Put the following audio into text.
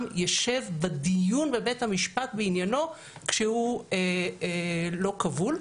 ישב בדיון בבית המשפט בעניינו כשהוא לא כבול.